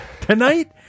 Tonight